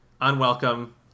unwelcome